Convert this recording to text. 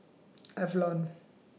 Avalon